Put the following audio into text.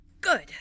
Good